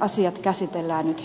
asiat käsitellään nyt heti